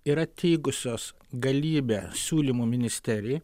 yra teigusios galybę siūlymų ministerijai